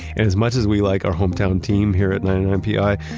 and as much as we like our hometown team here at ninety nine pi,